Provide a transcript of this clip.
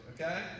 okay